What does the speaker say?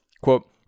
quote